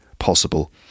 Possible